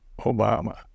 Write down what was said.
Obama